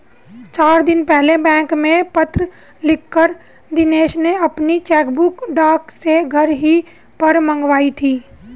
चार दिन पहले बैंक में पत्र लिखकर दिनेश ने अपनी चेकबुक डाक से घर ही पर मंगाई थी